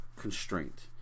constraint